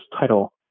title